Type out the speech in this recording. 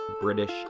British